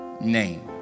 name